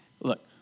look